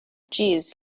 jeez